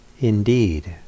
indeed